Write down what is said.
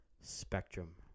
Spectrum